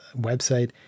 website